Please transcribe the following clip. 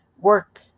work